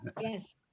Yes